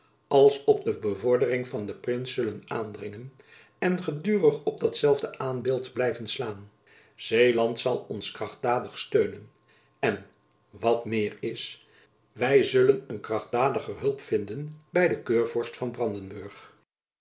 als op de bevordering van den prins zullen aandringen en gedurig op datzelfde aanbeeld blijven slaan zeeland zal ons krachtdadig steunen en wat meer is wy zullen een krachtdadiger hulp vinden by den keurvorst van